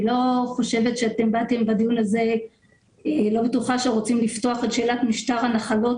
אני לא בטוחה שאתם באתם בדיון הזה ורוצים לפתוח את שאלת משטר הנחלות.